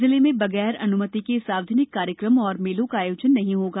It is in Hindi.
जिले में बगैर अनुमति के सार्वजनिक कार्यक्रम एवं मेलों का आयोजन नहीं होगा